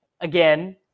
again